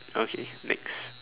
okay next